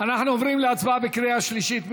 אנחנו עוברים להצבעה בקריאה שלישית.